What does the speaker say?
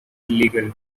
illegal